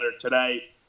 today